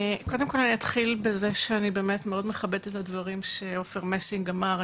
קודם כל אני אתחיל בזה שאני באמת מאוד מכבדת את הדברים שעופר מסינג אמר,